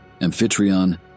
Amphitryon